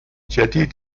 جدید